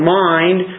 mind